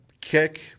kick